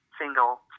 single